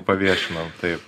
paviešinau taip